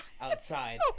outside